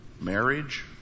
marriage